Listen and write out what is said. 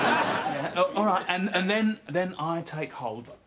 ah and and then then i take hold.